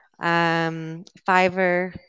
Fiverr